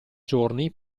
giorni